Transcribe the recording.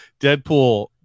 Deadpool